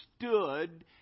stood